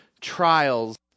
trials